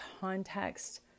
context